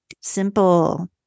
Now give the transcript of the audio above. simple